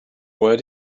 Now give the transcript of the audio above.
where